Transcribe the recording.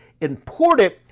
imported